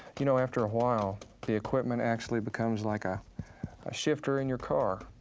you know, after a while the equipment actually becomes like a shifter in your car.